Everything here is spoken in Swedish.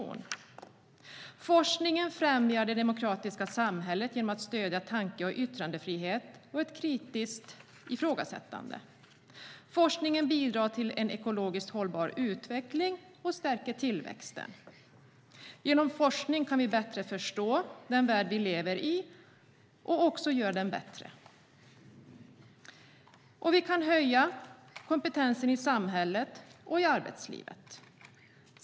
Socialdemokraterna skriver i sin reservation om forskningspolitikens inriktning: Forskningen främjar det demokratiska samhället genom att stödja tanke och yttrandefrihet och ett kritiskt ifrågasättande. Forskningen bidrar till en ekologiskt hållbar utveckling och stärker tillväxten. Genom forskning kan vi bättre förstå den värld vi lever i och också göra den bättre. Vi kan höja kompetensen i samhället och arbetslivet.